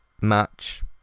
match